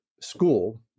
school